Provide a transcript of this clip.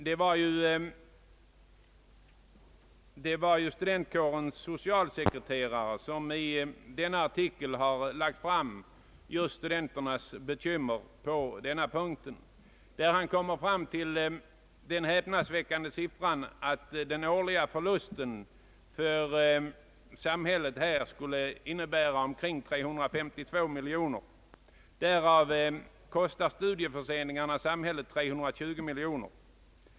Det var studentkårens socialsekreterare som i denna artikel lade fram studenternas bekymmer i här nämnt avseende, Han kom fram till den häpnandsväckande siffran att den årliga förlusten för samhället här skulle uppgå till omkring 352 miljoner kronor. Därav kostar studieförseningarna sammanlagt 320 miljoner.